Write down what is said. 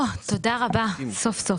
תודה רבה, סוף-סוף.